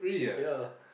ya